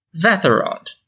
Vatherond